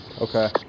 Okay